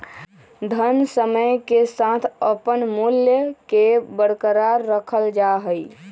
धन समय के साथ अपन मूल्य के बरकरार रखल जा हई